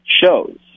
shows